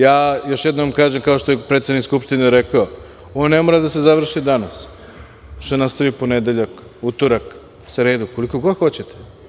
Ja, još jednom vam kažem kao što je predsednik Skupštine rekao, ovo ne mora da se završi danas, može da se nastavi u ponedeljak, utorak, sredu, koliko god hoćete.